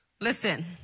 Listen